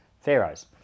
pharaohs